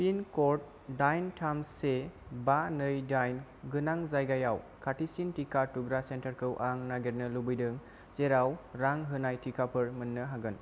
पिनक'ड दाइन थाम से बा नै दाइन गोनां जायगायाव खाथिसिन टिका थुग्रा सेन्टारखौ आं नागिरनो लुबैदों जेराव रां होनाय टिकाफोर मोननो हागोन